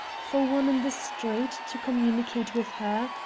for one in the street to communicate with her?